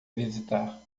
visitar